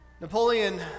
Napoleon